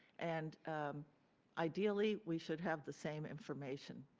and ideally we should have the same information.